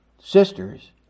sisters